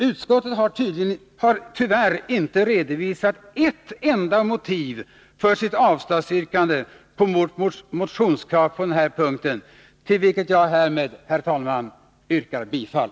Utskottet har tyvärr inte redovisat ett enda motiv för sitt avstyrkande av vårt motionskrav på den här punkten, till vilket jag härmed, herr talman, yrkar bifall.